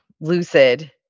lucid